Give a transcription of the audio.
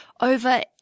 over